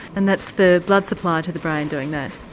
and that's the blood supply to the brain doing that.